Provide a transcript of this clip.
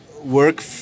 work